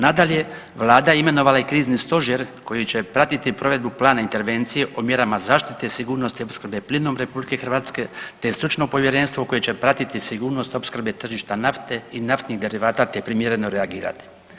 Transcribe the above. Nadalje, vlada je imenovala i krizni stožer koji će pratiti provedbu plana intervencije o mjerama zaštite sigurnosti opskrbe plinom RH, te stručno povjerenstvo koje će pratiti sigurnost opskrbe tržišta nafte i naftnih derivata, te primjereno reagirati.